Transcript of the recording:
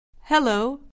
Hello